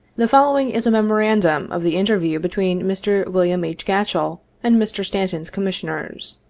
the following is a memorandum of the interview between mr. wm. h. gatchell and mr. stanton's commissioners.